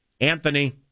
Anthony